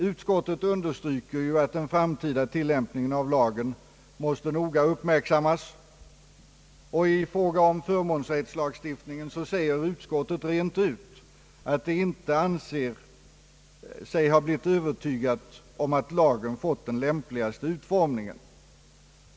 Utskottet understryker att den framtida tillämpningen av lagen måste noga uppmärksammas, och i fråga om förmånsrättslagstiftningen säger utskottet redan nu, att det inte anser sig ha blivit övertygat om att lagen fått den lämpligaste utformningen.